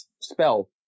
spell